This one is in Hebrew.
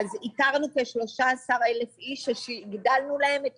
איתרנו כ-13,000 איש שהגדלנו להם את